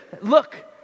look